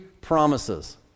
promises